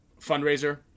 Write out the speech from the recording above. fundraiser